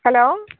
hello